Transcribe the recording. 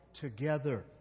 together